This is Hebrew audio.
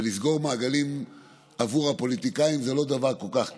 ולסגור מעגלים עבור הפוליטיקאים זה לא דבר כל כך קל,